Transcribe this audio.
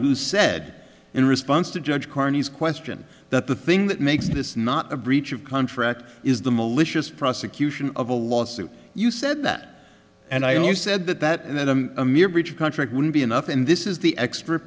who said in response to judge carney's question that the thing that makes this not a breach of contract is the malicious prosecution of a lawsuit you said that and i mean you said that that and then i'm a mere breach of contract wouldn't be enough and this is the extra